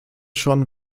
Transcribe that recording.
schon